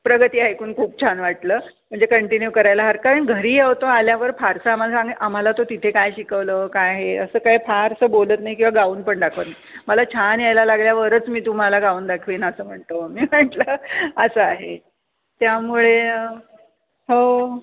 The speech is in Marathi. प्रगती ऐकून खूप छान वाटलं म्हणजे कंटिन्यू करायला हरकत कारण घरी अहो तो आल्यावर फारसा आम्हाला सांग आम्हाला तो तिथे काय शिकवलं काय हे असं काय फारसं बोलत नाही किंवा गाऊन पण दाखवत नाही मला छान यायला लागल्यावरच मी तुम्हाला गावून दाखवीन असं म्हणतो मी म्हटलं असं आहे त्यामुळे हो